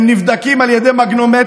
הם נבדקים על ידי מגנומטר,